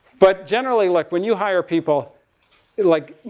but generally, like, when you hire people it like,